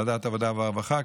ועדת העבודה והרווחה,